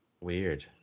Weird